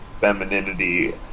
femininity